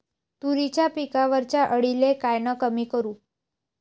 तुरीच्या पिकावरच्या अळीले कायनं कमी करू?